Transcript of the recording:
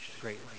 greatly